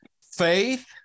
Faith